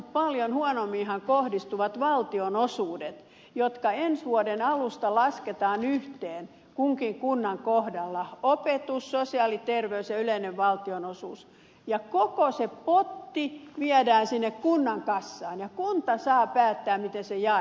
paljon huonomminhan kohdistuvat valtionosuudet jotka ensi vuoden alusta lasketaan yhteen kunkin kunnan kohdalla opetus sosiaali terveys ja yleinen valtionosuus ja koko se potti viedään sinne kunnan kassaan ja kunta saa päättää miten se jaetaan